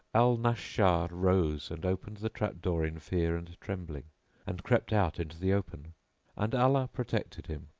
al-nashshar rose and opened the trap door in fear and trembling and crept out into the open and allah protected him,